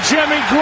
Jimmy